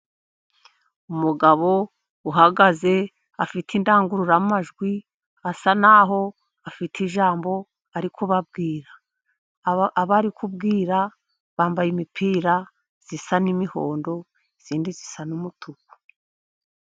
Umugabo uhagaze afite indangururamajwi, asa naho afite ijambo ari kubabwira, abo ari kubwira bambaye imipira isa n'imihondo indi isa n'umutuku.